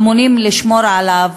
אמונים לשמור עליהם,